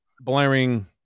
blaring